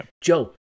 Joe